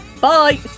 Bye